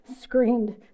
screamed